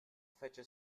fece